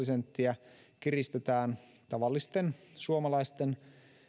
senttiä kiristetään tavallisten suomalaisten